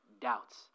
doubts